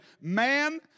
Man